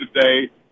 today